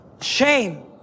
Shame